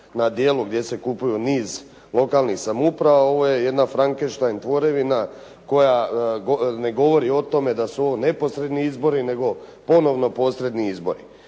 na djelu gdje se kupuju niz lokalnih samouprava. Ovo je jedna frankenstein tvorevina koja ne govori o tome da su ovo neposredni izbori nego ponovno posredni izbori.